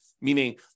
meaning